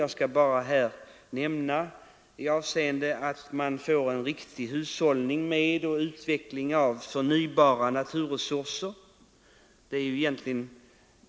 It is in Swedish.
Jag skall här bara nämna att man får en god hushållning med och utveckling av förnybara resurser.